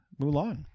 Mulan